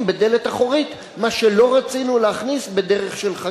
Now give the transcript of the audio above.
בדלת אחורית מה שלא רצינו להכניס בדרך של חקיקה.